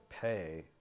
pay